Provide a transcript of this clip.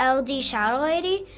um ldshadowlady,